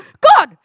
God